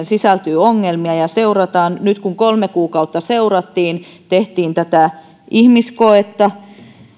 sisältyy ongelmia nyt kun kolme kuukautta seurattiin ja tehtiin tätä ihmiskoetta